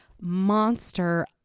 monster